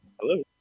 Hello